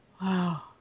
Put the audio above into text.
Wow